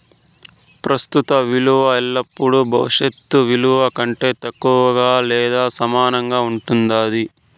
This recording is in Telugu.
ప్రస్తుత ఇలువ ఎల్లపుడూ భవిష్యత్ ఇలువ కంటే తక్కువగా లేదా సమానంగా ఉండాది